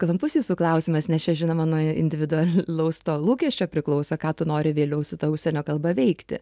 klampus jūsų klausimas nes čia žinoma nuo individualaus to lūkesčio priklauso ką tu nori vėliau su ta užsienio kalba veikti